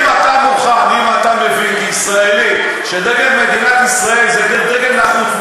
אם אתה מבין כישראלי שדגל מדינת ישראל זה דגל נחות,